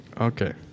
Okay